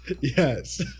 Yes